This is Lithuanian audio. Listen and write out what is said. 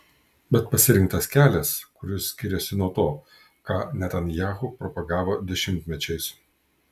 bet pasirinktas kelias kuris skiriasi nuo to ką netanyahu propagavo dešimtmečiais